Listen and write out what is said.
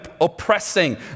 oppressing